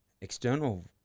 external